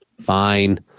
Fine